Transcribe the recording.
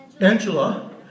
Angela